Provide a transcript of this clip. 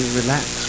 relax